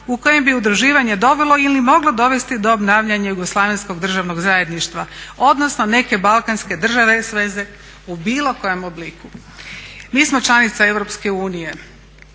u kojem bi udruživanje dovelo ili moglo dovesti do obnavljanja jugoslavenskog državnog zajedništva odnosno neke balkanske države … u bilo kojem obliku. Mi smo članica EU i